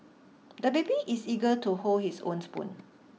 the baby is eager to hold his own spoon